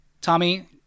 Tommy